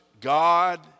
God